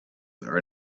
are